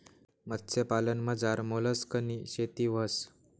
मत्स्यपालनमझार मोलस्कनी शेती व्हस